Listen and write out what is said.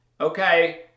Okay